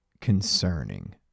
concerning